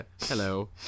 Hello